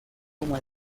como